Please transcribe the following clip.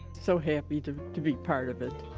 so happy to to be part of it.